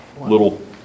Little